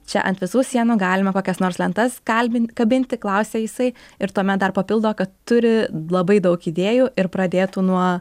čia ant visų sienų galima kokias nors lentas kalbint kabinti klausė jisai ir tuomet dar papildo turi labai daug idėjų ir pradėtų nuo